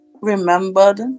remembered